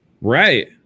Right